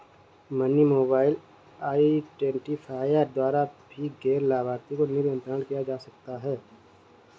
money mobile identifier द्वारा भी गैर लाभार्थी को निधि अंतरण किया जा सकता है